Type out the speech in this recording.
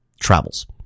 travels